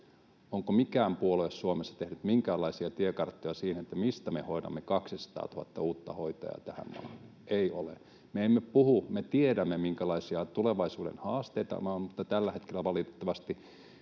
Onko mikään puolue Suomessa tehnyt minkäänlaisia tiekarttoja siihen, mistä me hoidamme 200 000 uutta hoitajaa tähän maahan? Ei ole. Me emme puhu — me tiedämme, minkälaisia tulevaisuuden haasteita nämä ovat, mutta tällä hetkellä valitettavasti